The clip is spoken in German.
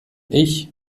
ich